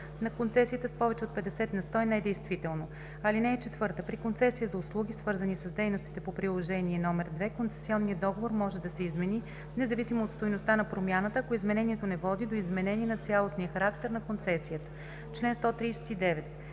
на концесията с повече от 50 на сто, е недействително. (4) При концесия за услуги, свързани с дейностите по приложение № 2, концесионният договор може да се измени, независимо от стойността на промяната, ако изменението не води до изменение на цялостния характер на концесията.“